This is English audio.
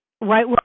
Right